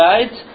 Right